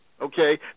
Okay